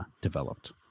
developed